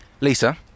Lisa